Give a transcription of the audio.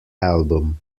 album